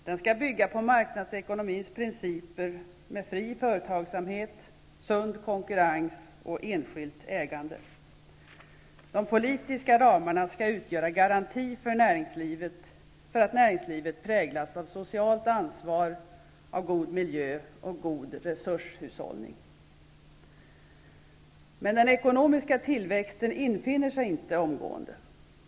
Den skall bygga på marknadsekonomins principer med fri företagsamhet, sund konkurrens och enskilt ägande. De politiska ramarna skall utgöra en garanti för att näringslivet skall präglas av socialt ansvar, god miljö och god resurshushållning. Men den ekonomiska tillväxten infinner sig inte omgående.